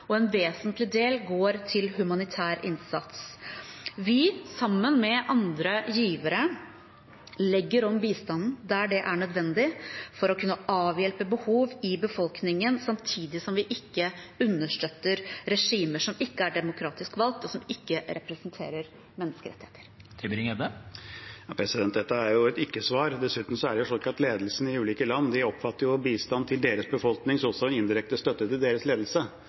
En vesentlig del går til humanitær innsats. Vi, sammen med andre givere, legger om bistanden der det er nødvendig for å kunne avhjelpe behov i befolkningen, samtidig som vi ikke understøtter regimer som ikke er demokratisk valgt, og som ikke representerer menneskerettigheter. Dette er et ikke-svar. Dessuten er det slik at ledelsen i ulike land oppfatter bistand til deres befolkning også som indirekte støtte til deres ledelse.